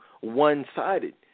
one-sided